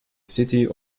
city